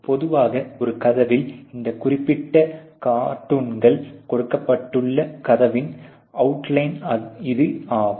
பொதுவாக ஒரு கதவில் இந்த குறிப்பிட்ட கார்ட்டூனில் கொடுக்கப்பட்டுள்ள கதவின் அவுட்லைன் இது ஆகும்